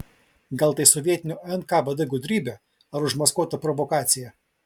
gal tai sovietinio nkvd gudrybė ar užmaskuota provokacija